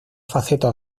faceta